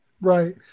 right